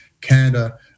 canada